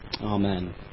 Amen